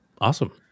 awesome